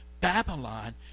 Babylon